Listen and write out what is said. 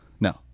No